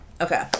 Okay